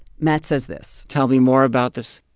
matt says this tell me more about this.